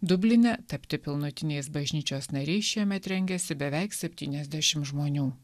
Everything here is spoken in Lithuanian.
dubline tapti pilnutiniais bažnyčios nariais šiemet rengiasi beveik septyniasdešimt žmonių